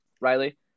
Riley